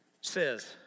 says